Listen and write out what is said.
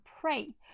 pray